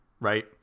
right